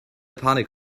panik